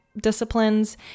disciplines